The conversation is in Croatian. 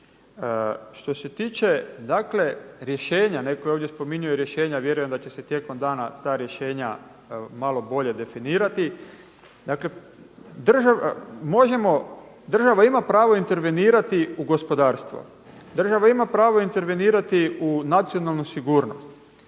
Što se tiče dakle rješenja, netko je ovdje spominjao i rješenja, vjerujem da će se tijekom dana ta rješenja malo bolje definirati, dakle možemo, država ima pravo intervenirati u gospodarstvo, država ima pravo intervenirati u nacionalnu sigurnost.